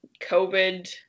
COVID